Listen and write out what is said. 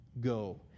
Go